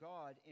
God